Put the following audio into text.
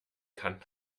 kann